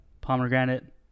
Pomegranate